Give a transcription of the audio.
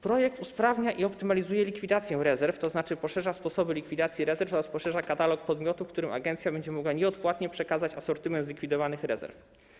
Projekt usprawnia i optymalizuje likwidację rezerw, tzn. poszerza sposoby likwidacji rezerw oraz poszerza katalog podmiotów, którym agencja będzie mogła nieodpłatnie przekazać asortyment zlikwidowanych rezerw.